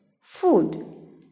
food